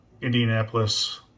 Indianapolis